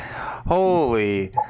Holy